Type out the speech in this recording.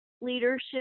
leadership